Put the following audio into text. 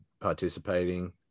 participating